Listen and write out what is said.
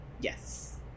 Yes